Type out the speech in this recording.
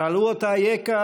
שאלו אותו: אייכה?